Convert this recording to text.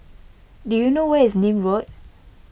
do you know where is Nim Road